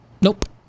Nope